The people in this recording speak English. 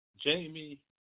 Jamie